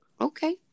Okay